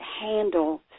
handle